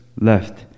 left